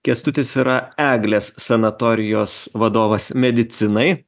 kęstutis yra eglės sanatorijos vadovas medicinai